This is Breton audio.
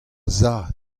zad